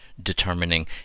Determining